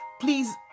please